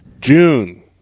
June